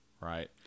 Right